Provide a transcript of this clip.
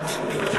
נוכחת רבותי,